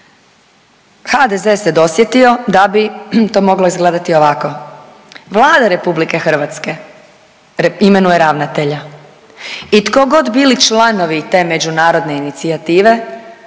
HDZ se dosjetio da bi to moglo izgledati ovako. Vlada Republike Hrvatske imenuje ravnatelja i tko god bili članovi te međunarodne inicijative,